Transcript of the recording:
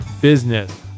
business